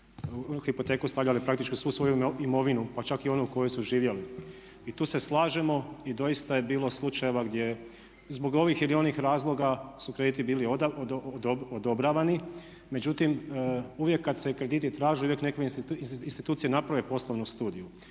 su hipoteku stavljali praktički u svu svoju imovinu, pa čak i onu u kojoj su živjeli. I tu se slažemo i doista je bilo slučajeva gdje zbog ovih ili onih razloga su krediti bili odobravani. Međutim, uvijek kad se krediti traže i uvijek neke institucije naprave poslovnu studiju,